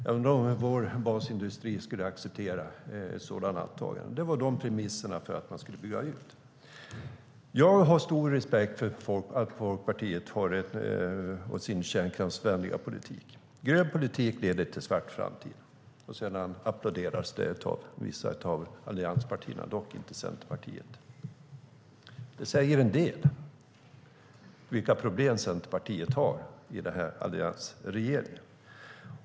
Jag undrar om vår basindustri skulle acceptera sådant. Det var de premisserna för att man skulle bygga ut. Jag har stor respekt för att Folkpartiet har sin kärnkraftsvänliga politik. Grön politik leder till svart framtid. Det applåderas av vissa av allianspartierna, dock inte Centerpartiet. Det säger en del om vilka problem Centerpartiet har i den här alliansregeringen.